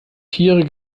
tiere